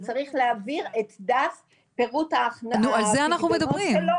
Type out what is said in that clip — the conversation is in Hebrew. הוא צריך להעביר את דף פירוט החשבונות שלו